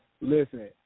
Listen